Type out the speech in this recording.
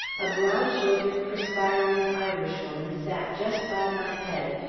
a broad-shouldered, perspiring irishwoman sat just by my head,